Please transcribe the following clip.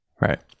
Right